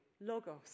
Logos